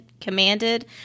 commanded